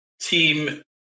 team